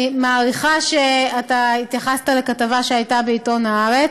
אני מעריכה שהתייחסת לכתבה שהייתה בעיתון הארץ,